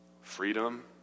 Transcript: Freedom